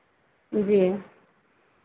जी